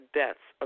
deaths